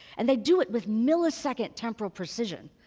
and they do it with millisecond temporal precision.